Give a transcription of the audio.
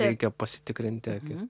reikia pasitikrinti akis